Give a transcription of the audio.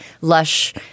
lush